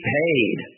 paid